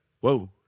whoa